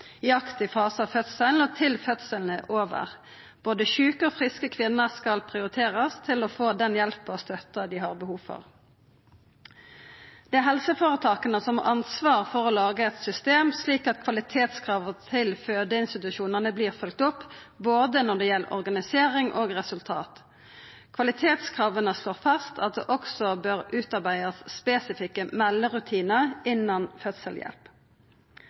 i aktiv fase av fødselen og til fødselen er over. Både sjuke og friske kvinner skal prioriterast for å få den hjelpa og støtta dei har behov for. Det er helseføretaka som har ansvar for å laga eit system slik at kvalitetskrava til fødeinstitusjonane vert følgde opp når det gjeld både organisering og resultat. Kvalitetskrava står fast: at det også bør utarbeidast spesifikke melderutinar innan fødselshjelp.